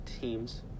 teams